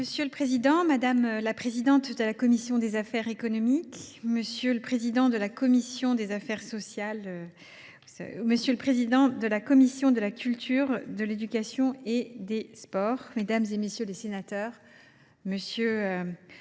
Monsieur le président, madame la présidente de la commission des affaires économiques, monsieur le président de la commission des affaires sociales, monsieur le président de la commission de la culture, de l’éducation et des sports, mesdames, messieurs les sénateurs, monsieur